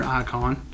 icon